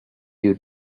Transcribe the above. you